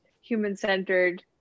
human-centered